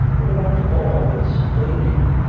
what about the ball at steyning?